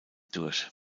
durch